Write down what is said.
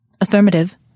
Affirmative